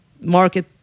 market